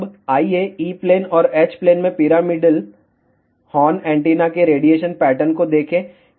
अब आइए E plane और H प्लेन में पिरामिडल हॉर्न एंटीना के रेडिएशन पैटर्न को देखें